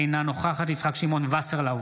אינה נוכחת יצחק שמעון וסרלאוף,